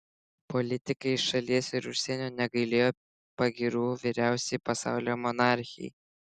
politikai iš šalies ir užsienio negailėjo pagyrų vyriausiai pasaulio monarchei